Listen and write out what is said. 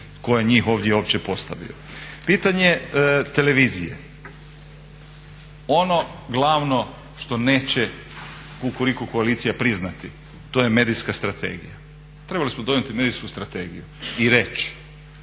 tko je njih ovdje uopće postavio. Pitanje televizije, ono glavno što neće Kukuriku koalicija priznati to je medijska strategija. Trebali smo donijeti medijsku strategiju i reći